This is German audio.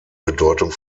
bedeutung